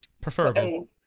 Preferable